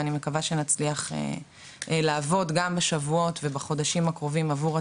אני מקווה שנצליח לעבוד גם בשבועות ובחודשים הקרובים עבור הציבור.